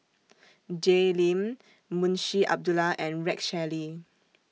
Jay Lim Munshi Abdullah and Rex Shelley